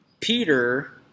Peter